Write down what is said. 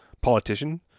politician